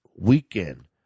weekend